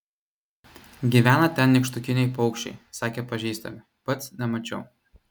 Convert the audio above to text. gyvena ten nykštukiniai paukščiai sakė pažįstami pats nemačiau